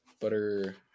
butter